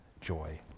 joy